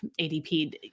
ADP